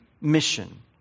mission